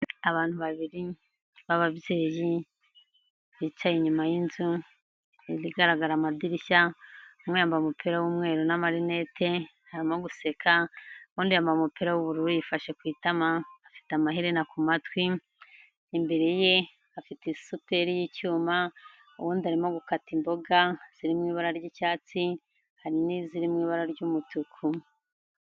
Abantu babiri b'ababyeyi, bicaye inyuma y'inzu, inzu igaragara amadirishya umwe yambaye umupira w'umweru n'amarinete, arimo guseka, uwundi yambaye umupira w'ubururu yifashe ku itama, afite amaherena ku matwi, imbere ye afite isuteri y'icyuma, uwundi arimo gukata imboga ziri mu ibara ry'icyatsi, hari n'iziri mu ibara ry'umutuku.